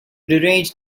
deranged